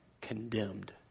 condemned